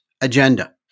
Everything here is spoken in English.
agenda